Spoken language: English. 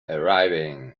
arriving